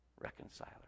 Reconciler